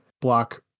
block